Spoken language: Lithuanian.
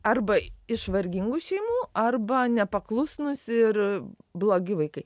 arba iš vargingų šeimų arba nepaklusnūs ir blogi vaikai